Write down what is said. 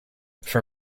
for